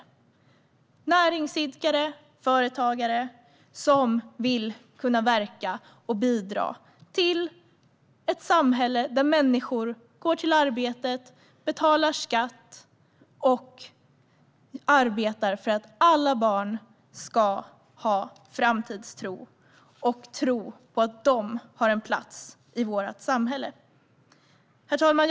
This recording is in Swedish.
Det handlar om näringsidkare och företagare som vill bidra till ett samhälle där människor går till arbetet och betalar skatt och arbetar för att alla barn ska ha framtidstro och tro på att de har en plats i vårt samhälle. Herr talman!